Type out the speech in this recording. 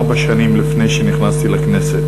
ארבע שנים לפני שנכנסתי לכנסת.